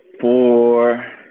four